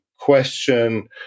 question